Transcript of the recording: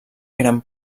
eren